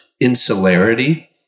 insularity